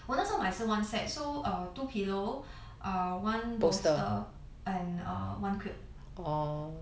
我那时候买是 one set so err two pillow err one bolster and err one quilt